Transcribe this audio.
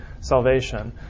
salvation